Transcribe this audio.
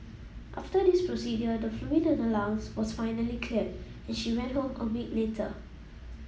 after this procedure the fluid in her lungs was finally cleared and she went home a week later